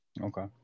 Okay